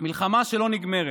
מלחמה שלא נגמרת.